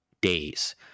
days